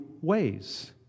ways